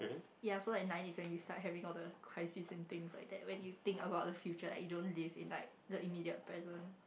ya so like nine is when you start having all the crisis and things like that when you think about the future like you don't live is like the immediate present